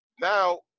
now